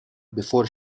before